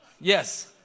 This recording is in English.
Yes